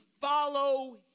follow